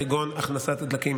כגון הכנסת דלקים.